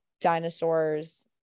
dinosaurs